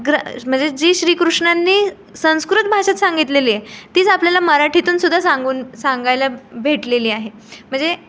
ग्र म्ह म्हणजे जी श्रीकृष्णांनी संस्कृत भाषेत सांगितलेली आहे तीच आपल्याला मराठीतूनसुद्धा सांगून सांगायला भेटलेली आहे म्हणजे